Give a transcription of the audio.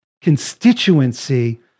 constituency